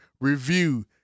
review